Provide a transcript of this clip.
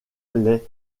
les